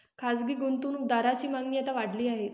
खासगी गुंतवणूक दारांची मागणी आता वाढली आहे